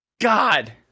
God